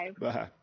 Bye